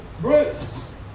Bruce